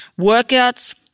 Workouts